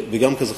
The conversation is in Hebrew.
גם קזחסטן.